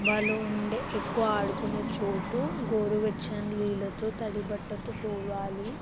వాళ్ళు ఉండే ఎక్కువ ఆడుకొనే చోటు గోరువెచ్చని నీళ్ళతో తడిబట్టతో తుడవాలి